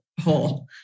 hole